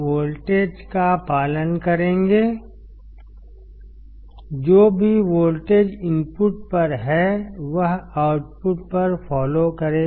voltage का पालन करेंगे जो भी वोल्टेज इनपुट पर है वह आउटपुट पर फॉलो करेगा